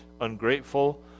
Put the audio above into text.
ungrateful